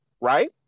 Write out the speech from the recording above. right